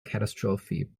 catastrophe